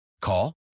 Call